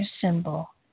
symbol